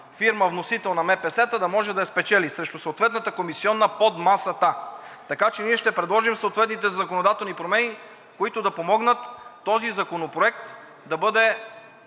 фирма – вносител на МПС-та, да може да я спечели срещу съответната комисиона под масата. Ние ще предложим съответните законодателни промени, които да помогнат този законопроект да бъде